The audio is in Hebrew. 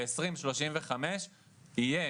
ב-2035 תהיה